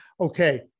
okay